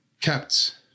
kept